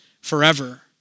forever